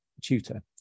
tutor